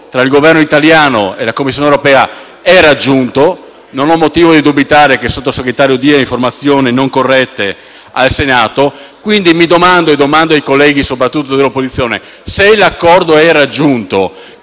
tra il Governo italiano e la Commissione europea è stato raggiunto e non ho motivo di dubitare che il Sottosegretario dia informazioni non corrette al Senato. Mi domando, quindi, e soprattutto domando ai colleghi dell'opposizione, se l'accordo è raggiunto,